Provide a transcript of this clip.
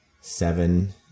seven